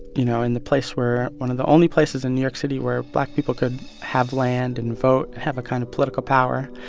you know, in the place where one of the only places in new york city where black people could have land and vote and have a kind of political power,